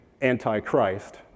anti-Christ